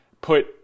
put